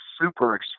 super